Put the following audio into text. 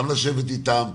גם לשבת איתם,